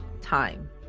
time